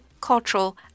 cultural